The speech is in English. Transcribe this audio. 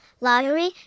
lottery